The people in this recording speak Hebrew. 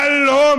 כפרעה?